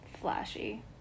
flashy